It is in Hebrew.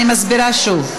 אני מסבירה שוב.